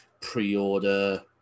pre-order